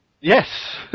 Yes